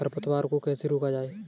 खरपतवार को कैसे रोका जाए?